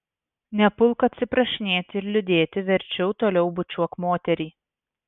nepulk atsiprašinėti ir liūdėti verčiau toliau bučiuok moterį